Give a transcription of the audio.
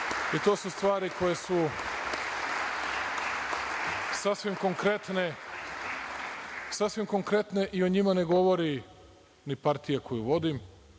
su stvari koje su sasvim konkretne i o njima ne govori ni partija koju vodim,